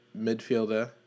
midfielder